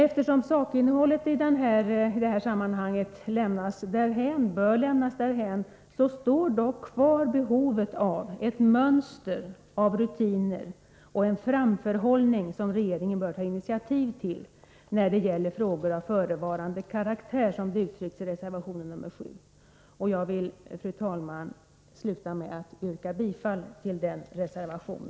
Eftersom sakinnehållet i detta sammanhang bör lämnas därhän kvarstår behovet av ett mönster av rutiner och en framförhållning som regeringen bör ta initiativ till när det gäller frågor av förevarande karaktär, som det uttrycks i reservation 7. Fru talman! Jag vill sluta med att yrka bifall till denna reservation.